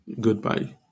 Goodbye